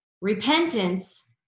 Repentance